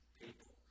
people